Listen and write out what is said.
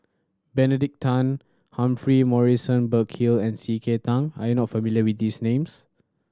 Benedict Tan Humphrey Morrison Burkill and C K Tang are you not familiar with these names